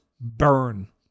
burn